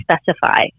specify